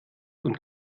und